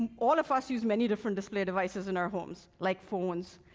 and all of us use many different display devices in our homes, like phones,